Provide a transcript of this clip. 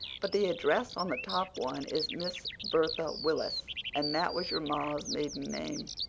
but the address on the top one is miss bertha willis and that was your ma's maiden name.